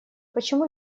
почему